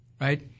Right